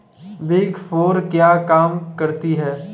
Big four क्या काम करती है?